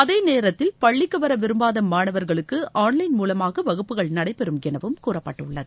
அதே நேரத்தில் பள்ளிக்கு வர விரும்பாத மாணவர்களுக்கு ஆன்வைன் மூலமாக வகுப்புகள் நடைபெறும் எனவும் கூறப்பட்டுள்ளது